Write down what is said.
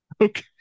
Okay